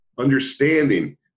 Understanding